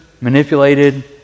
manipulated